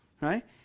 right